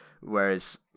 Whereas